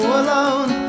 alone